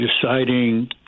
deciding